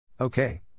Okay